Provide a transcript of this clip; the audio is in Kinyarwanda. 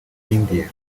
india